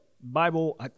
Bible